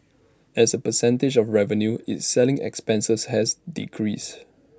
as A percentage of revenue its selling expenses has decreased